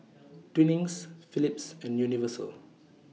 Twinings Philips and Universal